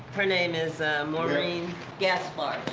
her name is maurlene gaspar.